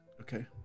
Okay